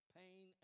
pain